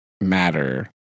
matter